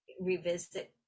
revisit